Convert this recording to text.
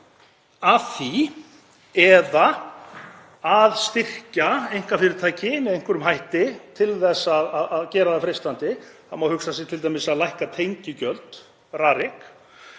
að því eða styrkja einkafyrirtæki með einhverjum hætti til þess að gera það freistandi. Það má hugsa sér t.d. að lækka tengigjöld Rariks.